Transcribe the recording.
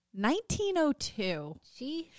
1902